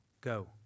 go